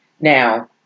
Now